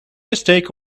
mistake